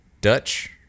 Dutch